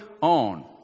on